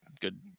good